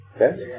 Okay